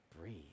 breathe